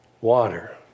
Water